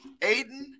Aiden